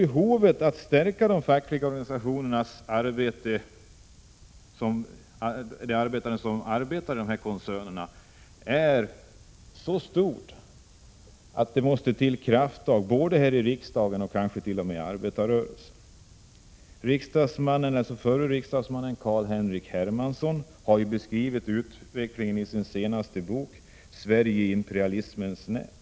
Behovet av att stärka de fackliga organisationernas arbete i dessa koncerner är så stort att det måste till krafttag både här i riksdagen och kanske t.o.m. i arbetarrörelsen. Förre riksdagsmannen Carl-Henrik Hermansson har beskrivit denna utveckling i sin senaste bok ”Sverige i imperialismens nät”.